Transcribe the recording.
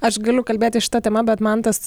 aš galiu kalbėti šita tema bet mantas